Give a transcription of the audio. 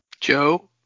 Joe